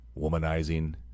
womanizing